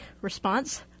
response